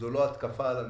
זאת לא התקפה על הנצרות,